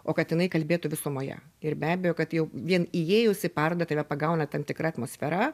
o kad jinai kalbėtų visumoje ir be abejo kad jau vien įėjus į parodą tave pagauna tam tikra atmosfera